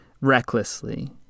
recklessly